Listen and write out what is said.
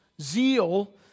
zeal